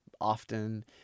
often